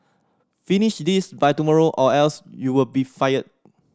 finish this by tomorrow or else you'll be fired